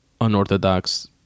unorthodox